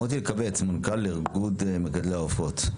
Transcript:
מוטי אלקבץ, מזכ"ל ארגון מגדלי העופות.